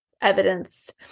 evidence